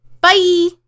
Bye